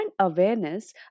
awareness